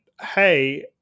Hey